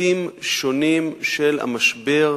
היבטים שונים של המשבר,